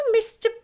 Mr